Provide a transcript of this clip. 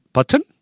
Button